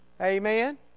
Amen